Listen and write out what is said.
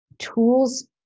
Tools